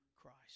Christ